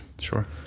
Sure